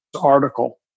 article